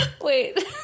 Wait